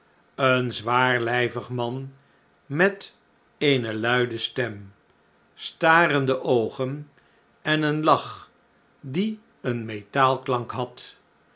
een zwaarlijvig man met eene luide stem starende oogen en een lach die een metaalklank had